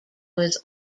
was